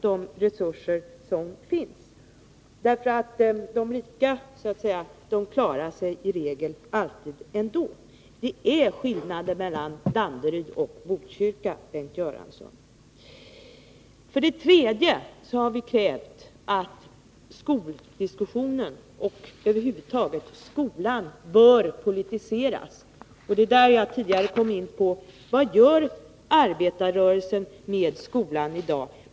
De rika klarar sig i regel ändå. Det är skillnader mellan Danderyd och Botkyrka, Bengt Göransson! Vi har vidare krävt att skoldiskussionen och skolan över huvud taget skall politiseras. Jag var tidigare inne på det. Vad gör arbetarrörelsen med skolan i dag?